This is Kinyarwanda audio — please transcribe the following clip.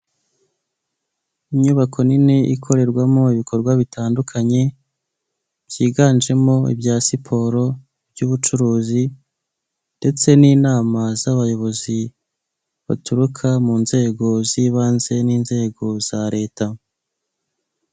Inyubako nini ikorerwamo ibikorwa bitandukanye byiganjemo ibya siporo iby'ubucuruzi ndetse n'inama z'abayobozi baturuka mu nzego z'ibanze n'inzego za Leta.